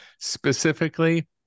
Specifically